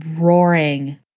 roaring